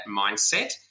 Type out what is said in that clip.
mindset